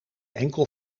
enkel